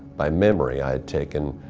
by memory i had taken